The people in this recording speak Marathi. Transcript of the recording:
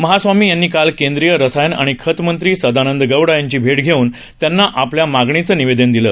महास्वामी यांनी काल केंद्रीय रसायन आणि खतमंत्री सदानंद गौडा यांची भेट घेऊन त्यांना आपल्या मागणीचं निवेदन दिलं